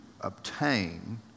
obtain